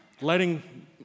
letting